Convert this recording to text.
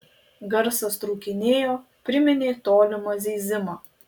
garsas trūkinėjo priminė tolimą zyzimą